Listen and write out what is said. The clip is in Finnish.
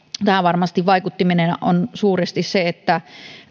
tähän varmasti vaikuttimena on suuresti se että